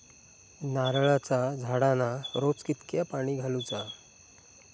नारळाचा झाडांना रोज कितक्या पाणी घालुचा?